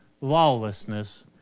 lawlessness